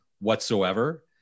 whatsoever